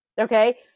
okay